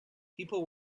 people